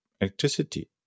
electricity